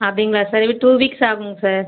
அப்படிங்களா சார் இன்னும் two weeks ஆகும் சார்